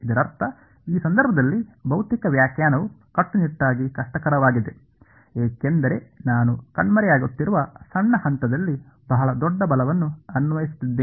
ಇದರರ್ಥ ಈ ಸಂದರ್ಭದಲ್ಲಿ ಭೌತಿಕ ವ್ಯಾಖ್ಯಾನವು ಕಟ್ಟುನಿಟ್ಟಾಗಿ ಕಷ್ಟಕರವಾಗಿದೆ ಏಕೆಂದರೆ ನಾನು ಕಣ್ಮರೆಯಾಗುತ್ತಿರುವ ಸಣ್ಣ ಹಂತದಲ್ಲಿ ಬಹಳ ದೊಡ್ಡ ಬಲವನ್ನು ಅನ್ವಯಿಸುತ್ತಿದ್ದೇನೆ